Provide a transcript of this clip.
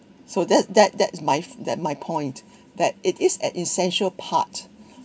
so that that that's my that my point that it is an essential part